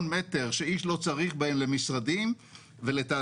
מטר שאיש לא צריך בהם למשרדים ולתעסוקה,